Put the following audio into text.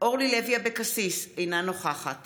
אורלי לוי אבקסיס, אינה נוכחת